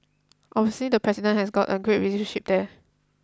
obviously the president has got a great relationship there